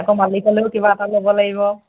আকৌ মালিকলৈও কিবা এটা ল'ব লাগিব